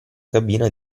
cabina